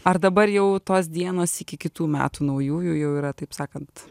ar dabar jau tos dienos iki kitų metų naujųjų jau yra taip sakant